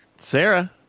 Sarah